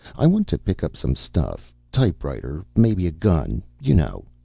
i want to pick up some stuff. typewriter, maybe a gun, you know.